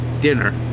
dinner